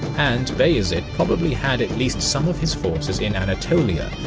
and bayezid probably had at least some of his forces in anatolia,